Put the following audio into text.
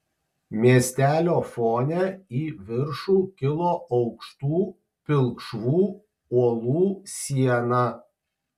miestelio fone į viršų kilo aukštų pilkšvų uolų siena